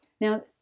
Now